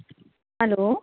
hello